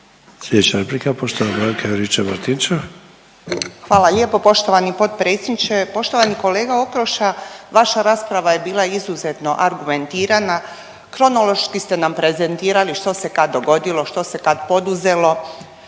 Hvala lijepo poštovani potpredsjedniče. Poštovani kolega Okroša. Vaša rasprava je bila izuzetna argumentirana, kronološki ste nam prezentirali što se kad dogodilo, što se kad poduzelo.